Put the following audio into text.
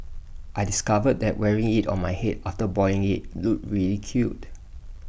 I discovered that wearing IT on my Head after boiling IT looked really cute